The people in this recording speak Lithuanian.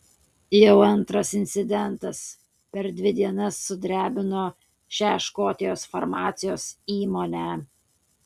jau antras incidentas per dvi dienas sudrebino šią škotijos farmacijos įmonę